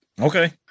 Okay